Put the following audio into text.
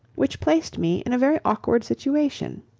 which placed me in a very aukward situation.